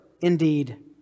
indeed